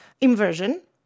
inversion